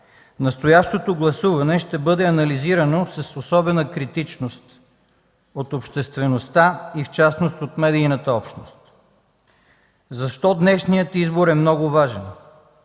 настоящото гласуване ще бъде анализирано с особена критичност от обществеността и в частност от медийната общност. Защо днешният избор е много важен?